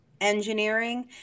engineering